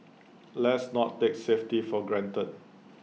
let's not take safety for granted